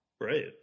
Right